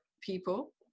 people